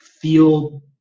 feel